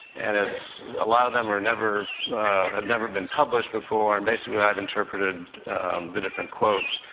and it's a lot of them are never have never been published before, and basically, i've interpreted the different quotes.